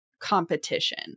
competition